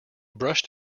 brushed